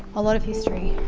a lot of history.